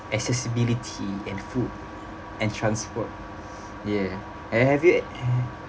accessibility and food and transport ya eh have you eh